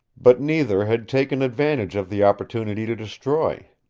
but neither had taken advantage of the opportunity to destroy.